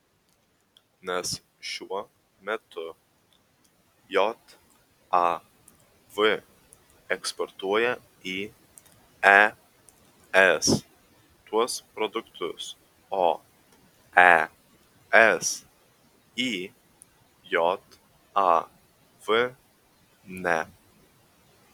nes šiuo metu jav eksportuoja į es tuos produktus o es į jav ne